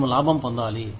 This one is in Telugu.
మేము లాభం పొందాలి